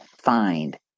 find